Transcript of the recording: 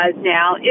now